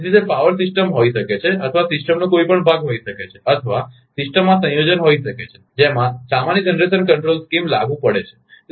તેથી તે power system હોઈ શકે છે અથવા સિસ્ટમનો કોઈ ભાગ હોઈ શકે છે અથવા સિસ્ટમમાં સંયોજન હોઈ શકે છે કે જેમાં સામાન્ય જનરેશન કંટ્રોલ સ્કીમ લાગુ પડે છે